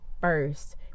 first